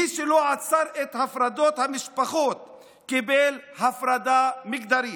מי שלא עצר את הפרדת המשפחות, קיבל הפרדה מגדרית.